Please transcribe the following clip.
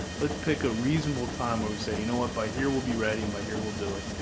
let's pick a reasonable time where we say you know what, by here we'll be ready, and by here we'll do it.